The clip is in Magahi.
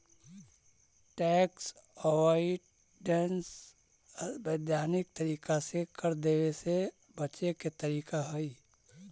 टैक्स अवॉइडेंस वैधानिक तरीका से कर देवे से बचे के तरीका हई